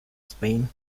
spain